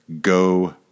Go